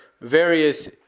various